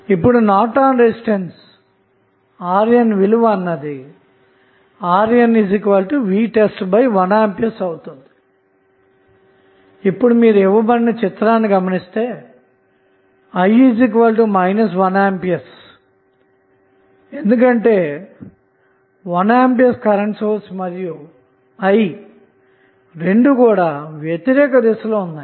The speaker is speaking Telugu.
ఇప్పుడు నార్టన్ రెసిస్టెన్స్ RNవిలువ RNvtest1A అవుతుంది ఇప్పుడు మీరు ఇవ్వబడిన చిత్రాన్ని గమనిస్తే i 1A ఎందుకంటే 1A కరెంటు సోర్స్ మరియు i రెండూ వ్యతిరేక దిశలో ఉంటాయి